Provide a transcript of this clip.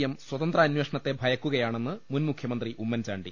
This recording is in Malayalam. എം സ്വതന്ത്രാ നേഷണത്തെ ഭയക്കുകയാണെന്ന് മുൻമുഖ്യമന്ത്രി ഉമ്മൻചാ ണ്ടി